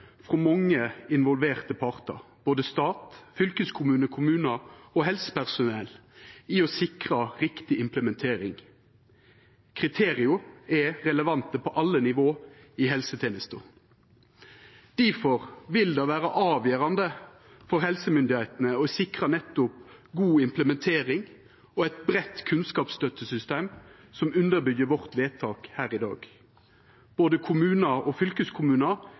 frå mange involverte partar, både stat, fylkeskommune, kommune og helsepersonell, for å sikra riktig implementering. Kriteria er relevante på alle nivå i helsetenesta. Difor vil det vera avgjerande for helsemyndigheitene å sikra nettopp god implementering og eit breitt kunnskapsstøttesystem som underbyggjer vårt vedtak her i dag. Både kommunar og fylkeskommunar